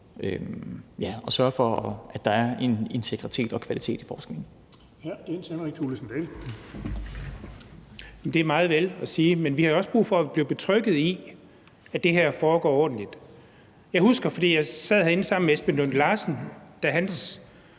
at sørge for, at der er integritet og kvalitet i forskningen.